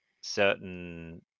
certain